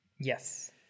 Yes